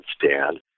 stand